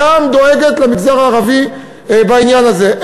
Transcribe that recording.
דואגת גם למגזר הערבי בעניין הזה.